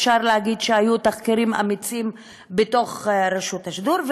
אפשר להגיד שהיו תחקירים אמיצים ברשות השידור.